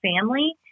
family